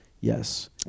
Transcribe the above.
Yes